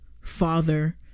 father